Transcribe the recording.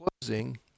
closing